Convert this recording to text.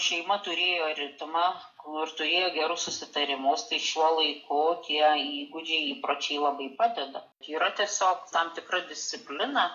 šeima turėjo ritmą kur turėjo gerus susitarimus tai šiuo laiku kokie įgūdžiai įpročiai labai padeda yra tiesiog tam tikra disciplina